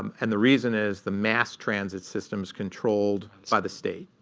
and the reason is the mass transit system's controlled by the state.